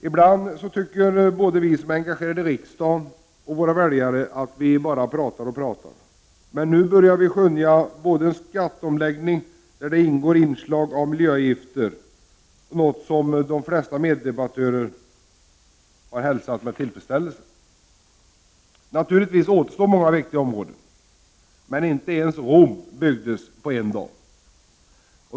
Ibland tycker både vi som är engagerade här i riksdagen och väljarna att vi bara pratar och pratar. Men nu börjar vi skönja en skatteomläggning, där det finns inslag av miljöavgifter — något som de flesta meddebattörer har hälsat med tillfredsställelse. Naturligtvis återstår många viktiga områden. Men Rom byggdes inte på en dag.